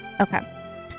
Okay